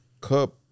Cup